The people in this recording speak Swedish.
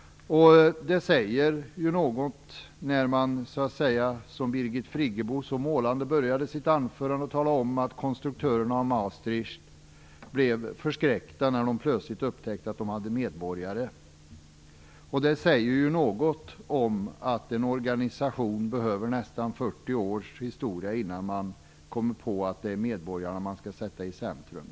Det säger något när man, som Birgit Friggebo gjorde, så målande börjar sitt anförande med att tala om att konstruktörerna av Maastricht blev förskräckta då de plötsligt upptäckte att de hade medborgarrätt. Det säger något om att en organisation behöver nästan 40 års historia innan man kommer på att det är medborgarna som skall sättas i centrum.